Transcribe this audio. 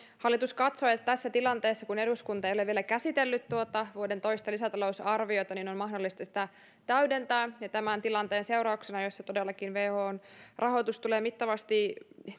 hallitus katsoo että tässä tilanteessa kun eduskunta ei ole vielä käsitellyt tuota vuoden toista lisätalousarviota on mahdollista sitä täydentää ja tämän tilanteen seurauksena jossa todellakin whon rahoitus tulee mittavasti